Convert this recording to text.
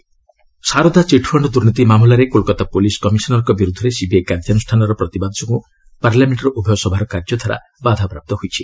parliament adjourn Saradha chit fund ଦୁର୍ନୀତି ମାମଲାରେ Kolkata police କମିଶନରଙ୍କ ବିରୁଦ୍ଧରେ ସିବିଆଇ କାର୍ଯ୍ୟାନୁଷାନର ପ୍ରତିବାଦ ଯୋଗୁଁ ପାର୍ଲାମେଷ୍ଟର ଉଭୟ ସଭାର କାର୍ଯ୍ୟଧାରା ବାଧାପ୍ରାପ୍ତ ହୋଇଛି